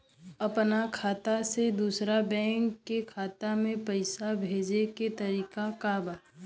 अपना खाता से दूसरा बैंक के खाता में पैसा भेजे के तरीका का बा?